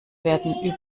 werden